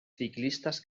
ciclistas